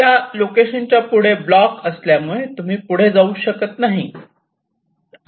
या लोकेशनच्या पुढे ब्लॉक असल्यामुळे तुम्ही पुढे जाऊ शकत नाही